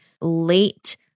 late